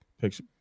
picture